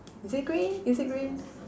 is it green is it green